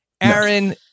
Aaron